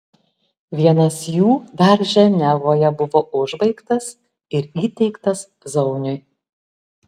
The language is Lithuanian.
vienas jų dar ženevoje buvo užbaigtas ir įteiktas zauniui